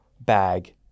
bag